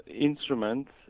instruments